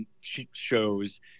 shows